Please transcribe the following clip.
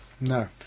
no